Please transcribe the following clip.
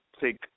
take